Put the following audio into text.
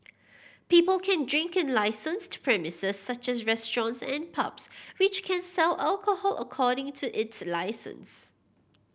people can drink in licensed premises such as restaurants and pubs which can sell alcohol according to its licence